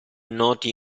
noti